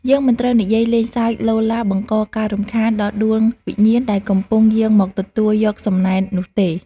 យើងមិនត្រូវនិយាយលេងសើចឡូឡាបង្កការរំខានដល់ដួងវិញ្ញាណដែលកំពុងយាងមកទទួលយកសំណែននោះទេ។